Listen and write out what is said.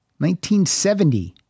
1970